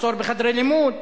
מחסור בחדרי לימוד,